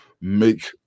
make